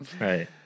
right